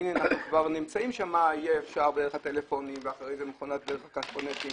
והנה אנחנו כבר נמצאים שם יהיה אפשר דרך הטלפונים ודרך כספונטים.